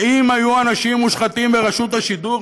אם היו אנשים מושחתים ברשות השידור,